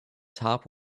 top